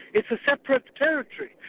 it's a separate territory.